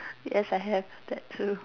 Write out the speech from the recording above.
yes I have that too